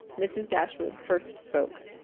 mrs. dashwood first spoke.